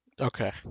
Okay